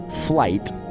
flight